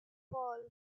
fall